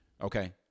Okay